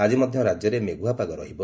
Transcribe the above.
ଆଜି ମଧ୍ୟ ରାଜ୍ୟରେ ମେଘୁଆ ପାଗ ରହିବ